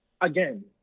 again